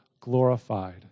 glorified